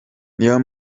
niyo